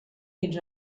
fins